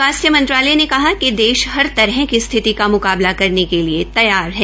स्वास्थ्य मंत्रालय ने कहा कि देश हर तरह की स्थिति का म्काबला करने के लिए तैयार है